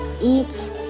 eats